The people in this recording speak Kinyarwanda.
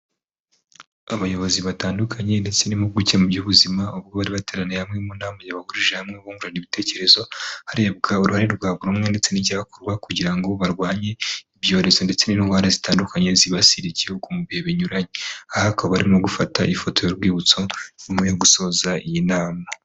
Abayobozi batandukanye ndetse n'impuguke mu by'ubuzima ubwo bari bateraniye hamwe mu nama yabahurije hamwe bungurana ibitekerezo, harebwa uruhare rwa buri rumwe ndetse n'icyakorwa kugira ngo barwanye ibyorezo ndetse n'indwara zitandukanye zibasira igihugu mu bihe binyuranye. Aha bakaba barimo gufata ifoto y'urwibutso nyuma yo gusoza iyi nama.